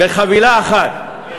בחבילה אחת,